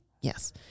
Yes